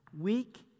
weak